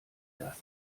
das